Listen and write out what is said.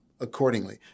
accordingly